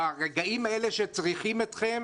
ברגעים האלה שצריכים אתכם,